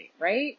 right